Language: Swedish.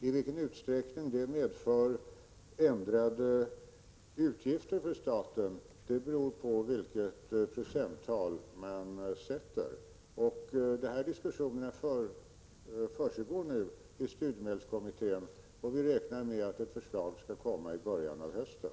I vilken utsträckning det medför ändrade utgifter för staten beror på vilket procenttal man sätter. Diskussioner försiggår nu i studiemedelskommittén. Vi räknar med att förslag kommer att framläggas i början av hösten.